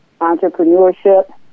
entrepreneurship